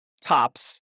tops